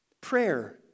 prayer